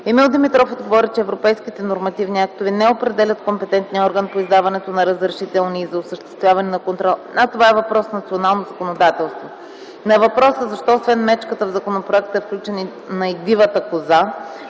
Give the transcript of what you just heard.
Емил Димитров отговори, че европейските нормативни актове не определят компетентният орган по издаването на разрешителни и за осъществяване на контрол, а това е въпрос на национално законодателство. На въпроса защо освен мечката в законопроекта е включена и дивата коза,